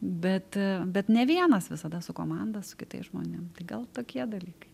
bet bet ne vienas visada su komanda su kitais žmonėm gal tokie dalykai